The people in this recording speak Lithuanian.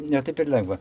ne taip ir lengva